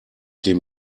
dem